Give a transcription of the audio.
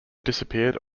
disappeared